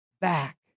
back